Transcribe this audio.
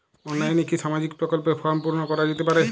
অনলাইনে কি সামাজিক প্রকল্পর ফর্ম পূর্ন করা যেতে পারে?